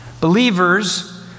Believers